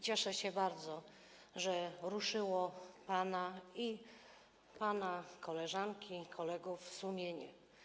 Cieszę się bardzo, że ruszyło pana, a także pana koleżanek i kolegów, sumienie.